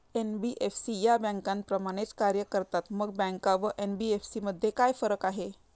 NBFC या बँकांप्रमाणेच कार्य करतात, मग बँका व एन.बी.एफ.सी मध्ये काय फरक आहे?